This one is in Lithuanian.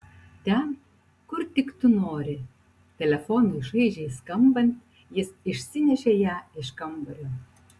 ten kur tik tu nori telefonui šaižiai skambant jis išsinešė ją iš kambario